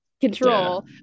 control